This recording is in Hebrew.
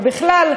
ובכלל,